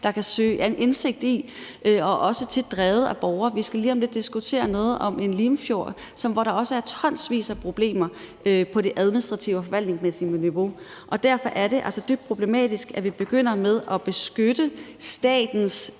der kan søge indsigt i, og det er også tit drevet af borgere, og vi skal lige om lidt diskutere noget om en Limfjordsforbindelse, hvor der også er tonsvis af problemer på det administrative og forvaltningsmæssige niveau. Derfor er det altså dybt problematisk, at vi begynder med at beskytte statens